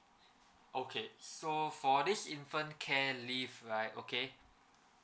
okay so for this infant care leave right okay